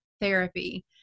therapy